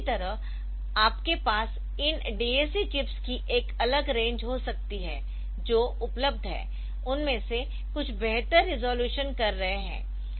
तो इसी तरह आपके पास इन DAC चिप्स की एक अलग रेंज हो सकती है जो उपलब्ध है उनमें से कुछ बेहतर रिज़ॉल्यूशन कर रहे है